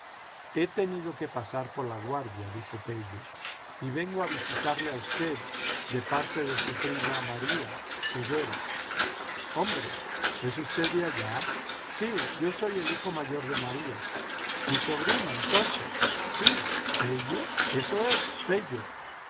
he tenido que pasar por laguardia dijo pelio y vengo a visitarle a usted de parte de su prima maría de vera jhombre es usted de allá sí yo soy el hijo mayor de maría mi sobrino entonces sí pello eso es pello